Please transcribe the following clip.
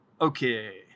Okay